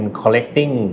collecting